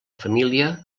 família